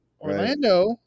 Orlando